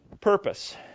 Purpose